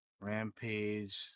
rampage